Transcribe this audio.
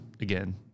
again